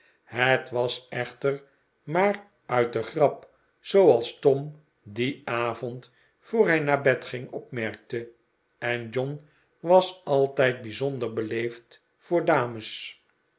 het was echter maar uit de grap zooals tom dien avond voor hij naar bed ging opmerkte en john was altijd bijzonder beleefd voor dames